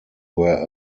were